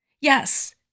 Yes